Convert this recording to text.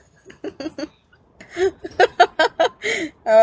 uh